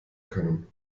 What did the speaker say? können